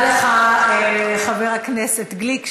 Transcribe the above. חבר הכנסת גליק,